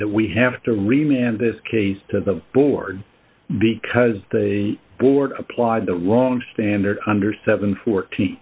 that we have to remain in this case to the board because the board applied the wrong standard under seven